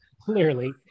Clearly